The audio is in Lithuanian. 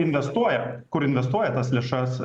investuoja kur investuoja tas lėšas